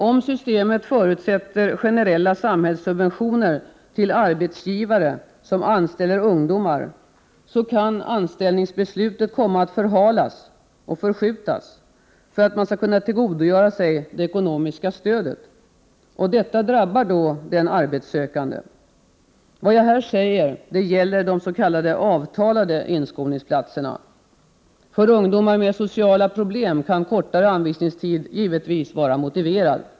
Om systemet förutsätter generella samhällssubventioner till arbetsgivare som anställer ungdomar, kan anställningsbeslutet komma att förhalas för att man skall kunna tillgodogöra sig det ekonomiska stödet. Detta drabbar då den arbetssökande. Vad jag här säger gäller de s.k. avtalade inskolningsplatserna. För ungdomar med sociala problem kan kortare anvisningstid givetvis vara motiverad.